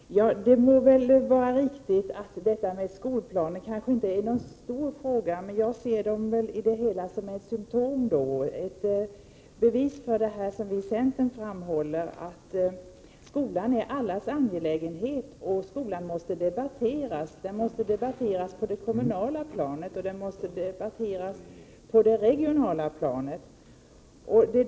Herr talman! Det kan väl vara riktigt att skolplaner inte är något stor fråga, men jag ser det hela som ett bevis på centerns inställning att skolan är allas angelägenhet. Skolan måste debatteras. Den måste debatteras på det kommunala planet liksom också på det regionala.